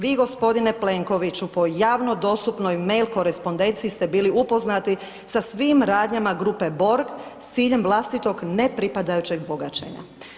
Vi g. Plenkoviću po javno dostupnoj mail korespondenciji ste bili upoznati sa svim radnjama grupe Borg s ciljem vlastitog nepripadajućeg bogaćenja.